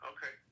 Okay